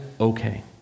okay